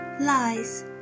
lies